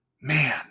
man